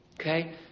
Okay